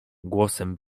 głosem